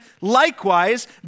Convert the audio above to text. likewise